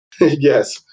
Yes